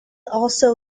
also